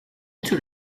tür